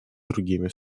другими